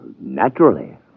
Naturally